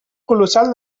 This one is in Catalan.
colossal